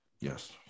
Yes